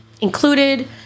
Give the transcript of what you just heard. included